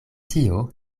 tio